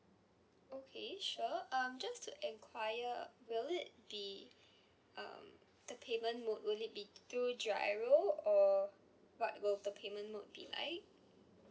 okay sure um just to enquire will it be um the payment mode will it be through GIRO or what will the payment mode be like